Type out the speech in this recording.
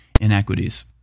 Inequities